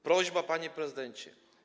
Prośba, panie prezydencie.